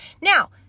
Now